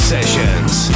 Sessions